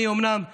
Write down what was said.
אומנם אני